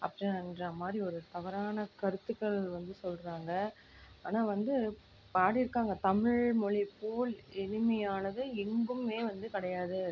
அப்படி என்கிற மாதிரி ஒரு தவறான கருத்துகள் வந்து சொல்றாங்க ஆனால் வந்து பாடியிருக்காங்க தமிழ்மொழி போல் எளிமையானது எங்குமே வந்து கிடையாது